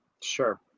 Sure